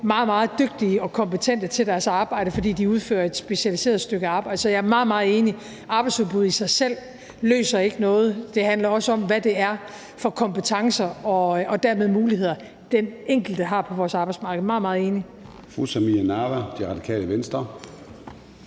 meget dygtige og kompetente til deres arbejde, for de udfører et specialiseret stykke arbejde. Så jeg er meget, meget enig: Arbejdsudbud i sig selv løser ikke noget. Det handler også om, hvad det er for kompetencer og dermed muligheder, den enkelte har på vores arbejdsmarked. Jeg er meget,